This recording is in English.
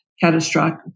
catastrophic